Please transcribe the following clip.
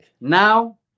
now